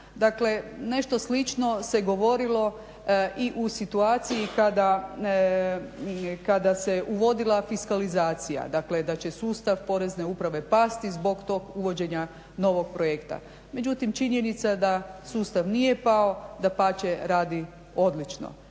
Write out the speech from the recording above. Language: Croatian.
Dakle, nešto slično se govorilo i u situaciji kada se uvodila fiskalizacija, dakle da će sustav Porezne uprave pasti zbog tog uvođenja novog projekta. Međutim, činjenica da sustav nije pao, dapače radi odlično.